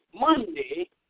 Monday